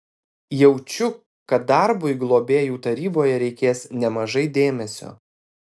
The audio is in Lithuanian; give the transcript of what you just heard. jaučiu kad darbui globėjų taryboje reikės nemažai dėmesio